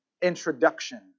introduction